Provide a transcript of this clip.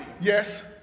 Yes